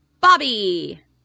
Bobby